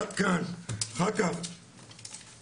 מכתבים